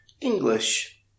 English